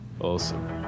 Awesome